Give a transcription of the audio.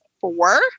four